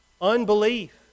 unbelief